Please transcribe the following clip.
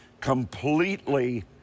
completely